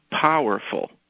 powerful